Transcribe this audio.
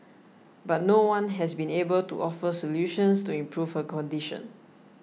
but no one has been able to offer solutions to improve her condition